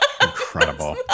Incredible